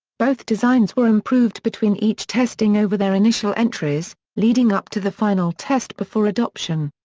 both designs were improved between each testing over their initial entries, leading up to the final test before adoption.